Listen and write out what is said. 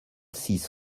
six